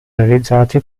realizzati